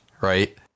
right